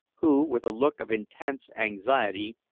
who, with a look of intense anxiety,